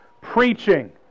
preaching